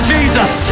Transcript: Jesus